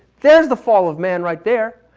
there's the fall of man right there.